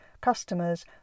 Customers